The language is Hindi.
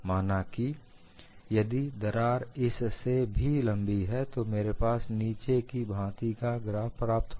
माना कि यदि दरार इस से भी लंबी है तो मेरे पास नीचे की भांति का ग्राफ होगा